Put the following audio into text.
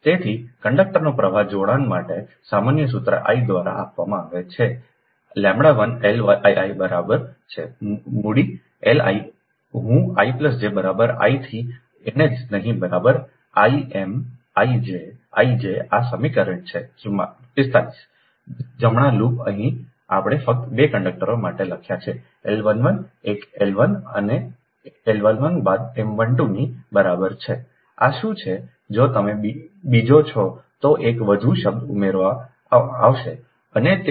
તેથી કંડક્ટરના પ્રવાહ જોડાણ માટેનું સામાન્ય સૂત્ર I દ્વારા આપવામાં આવે છેλI L ii બરાબર છે મૂડી LI iહું I j બરાબર 1 થી એનજે નહીં બરાબર I M I j I j આ સમીકરણ છે 45 જમણા લૂપ અહીં આપણે ફક્ત 2 કંડકટરો માટે લખ્યા છે L 11 એક L 1 એ L 11 બાદની M 12 ની બરાબર છે આ શું છે જો તમે બીજો છો તો એક વધુ શબ્દ ઉમેરવામાં આવશે અને તેથી વધુ